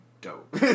dope